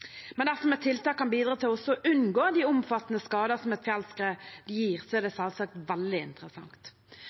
Men dersom et tiltak kan bidra til at vi unngår de omfattende skader som et fjellskred gir, er det selvsagt veldig interessant.